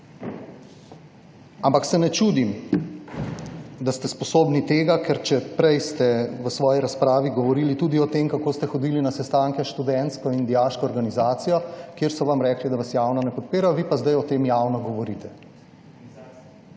Ampak se ne čudim, da ste sposobni tega. Prej ste v svoji razpravi govorili tudi o tem, kako ste hodili na sestanke s študentsko in dijaško organizacijo, kjer so vam rekli, da vas javno ne podpirajo, vi pa zdaj o tem javno govorite.